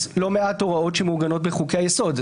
לא מעט הוראות שמעוגנות בחוקי היסוד.